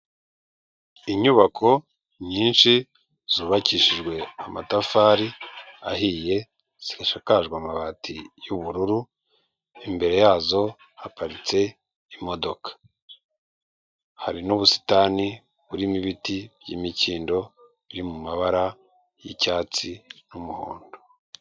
Inyubako nyinshi zubakishijwe amatafari ahiye, zashakajwe amabati y'ubururu, imbere yazo haparitse imodoka. Hari n'ubusitani burimo ibiti by'imikindo biri mu mabara y'icyatsi n'umuhondo.